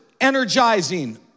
energizing